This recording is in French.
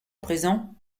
présent